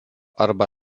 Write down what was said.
arba